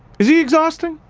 is he exhausting?